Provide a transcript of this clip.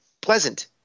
pleasant